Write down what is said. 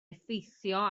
effeithio